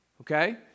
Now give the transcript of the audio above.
Okay